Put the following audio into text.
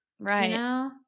Right